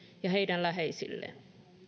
ja heidän läheisilleen